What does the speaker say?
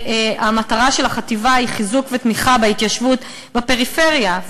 המטרה של החטיבה היא חיזוק ותמיכה בהתיישבות בפריפריה,